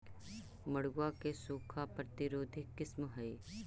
मड़ुआ के सूखा प्रतिरोधी किस्म हई?